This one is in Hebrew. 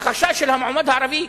של המועמד הערבי,